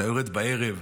אתה יורד בערב,